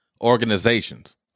organizations